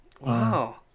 Wow